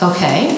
Okay